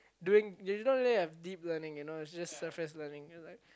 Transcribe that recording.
doing they don't really have deep learning you know there's just surface learning you're like